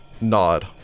nod